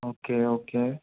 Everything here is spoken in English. okay okay